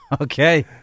Okay